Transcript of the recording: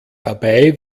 dabei